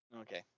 Okay